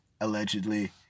allegedly